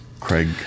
Craig—